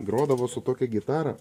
grodavo su tokia gitara